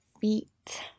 feet